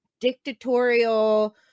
dictatorial